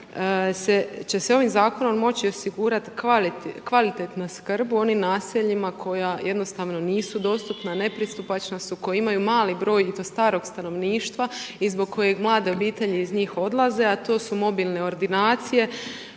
će se ovim Zakonom moći osigurati kvalitetna skrb u onim naseljima koja jednostavno nisu dostupna, nepristupačna su, koja imaju mali broj i to starog stanovništva i zbog kojeg mlade obitelji iz njih odlaze, a to su mobilne ordinacije.